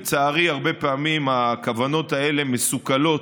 לצערי הרבה פעמים הכוונות האלה מסוכלות,